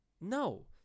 No